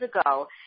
ago